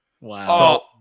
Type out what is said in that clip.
Wow